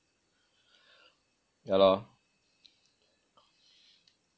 yah lor